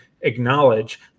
acknowledge